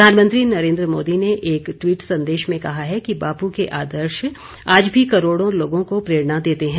प्रधानमंत्री नरेन्द्र मोदी ने एक ट्वीट संदेश में कहा है कि बापू के आदर्श आज भी करोडों लोगों को प्रेरणा देते हैं